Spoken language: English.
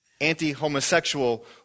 anti-homosexual